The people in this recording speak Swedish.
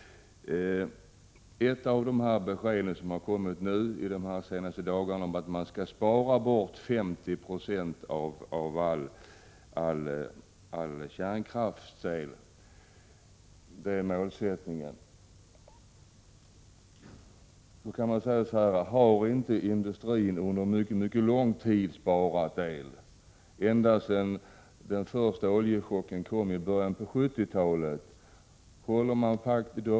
Ett av de besked som har kommit de senaste dagarna är att man skall ”spara bort” 50 96 av all kärnkraftsel. Det är målsättningen. Då kan man fråga: Har inte industrin under mycket mycket lång tid sparat el? Jo, ända sedan den första elchocken i början på 1970-talet.